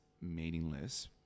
meaningless